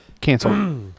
cancel